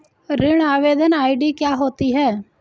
ऋण आवेदन आई.डी क्या होती है?